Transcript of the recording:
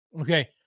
Okay